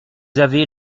avez